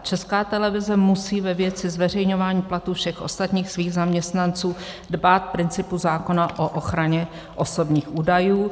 Česká televize musí ve věci zveřejňování platů všech ostatních svých zaměstnanců dbát principu zákona o ochraně osobních údajů.